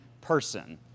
person